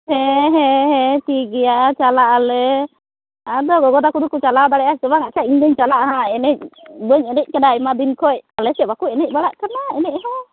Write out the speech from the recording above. ᱦᱮᱸᱻ ᱦᱮᱸ ᱦᱮᱸᱻ ᱴᱷᱤᱠ ᱜᱮᱭᱟ ᱪᱟᱞᱟᱜ ᱟᱞᱮ ᱟᱫᱚ ᱜᱚᱜᱚ ᱛᱟᱠᱚ ᱫᱚᱠᱚ ᱪᱟᱞᱟᱣ ᱫᱟᱲᱮᱭᱟᱜ ᱟᱥᱮ ᱵᱟᱝ ᱦᱟᱸᱜ ᱵᱟᱠᱷᱟᱡ ᱤᱧᱫᱚᱧ ᱪᱟᱞᱟᱜᱼᱟ ᱦᱟᱸᱜ ᱮᱱᱮᱡ ᱵᱟᱹᱧ ᱮᱱᱮᱡ ᱟᱠᱟᱱᱟ ᱟᱭᱢᱟᱫᱤᱱ ᱠᱷᱚᱡ ᱟᱞᱮᱥᱮᱡ ᱵᱟᱝᱠᱚ ᱮᱱᱮᱡ ᱵᱟᱲᱟᱜ ᱠᱟᱱᱟ ᱮᱱᱮᱡ ᱦᱚᱸ